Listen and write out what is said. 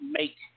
make